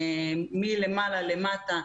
מלמעלה למטה,